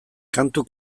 kantu